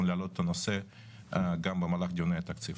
להעלות את הנושא גם במהלך דיוני התקציב.